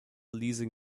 leasing